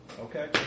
Okay